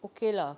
okay lah